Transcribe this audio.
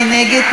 מי נגד?